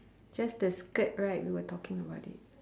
just the skirt right we were talking about it